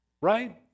Right